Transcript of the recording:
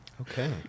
Okay